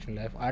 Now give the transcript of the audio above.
life